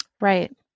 Right